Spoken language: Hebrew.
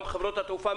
גם חברות התעופה,